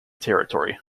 territory